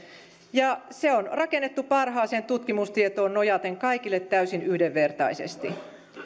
ja se on rakennettu parhaaseen tutkimustietoon nojaten kaikille täysin yhdenvertaisesti